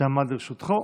שעמד לרשותו,